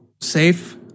safe